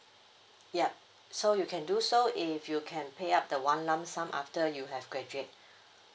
yup so you can do so if you can pay up the one lump sum after you have graduate